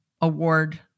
award